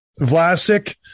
Vlasic